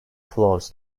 flows